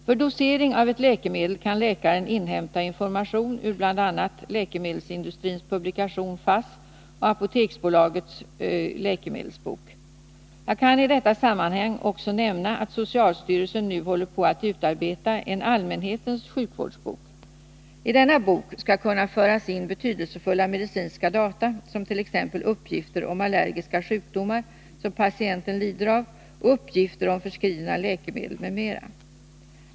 För dosering av ett läkemedel kan läkaren hämta information ur bl.a. läkemedelsindustrins publikation FASS och Apoteksbolagets AB läkemedelsbok. Jag kan i detta sammanhang också nämna att socialstyrelsen nu håller på att utarbeta en ”allmänhetens sjukvårdsbok”. I denna bok skall kunna föras in betydelsefulla medicinska data, t.ex. uppgifter om allergiska sjukdomar som patienten lider av och uppgifter om förskrivna läkemedel.